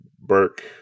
Burke